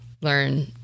learn